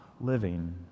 living